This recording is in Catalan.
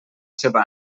seva